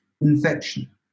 infection